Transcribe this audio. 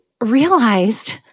realized—